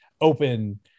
open